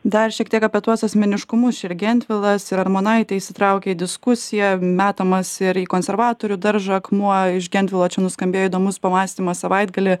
dar šiek tiek apie tuos asmeniškumus čia ir gentvilas ir armonaitė įsitraukė į diskusiją metamas ir į konservatorių daržą akmuo iš gentvilo čia nuskambėjo įdomus pamąstymas savaitgalį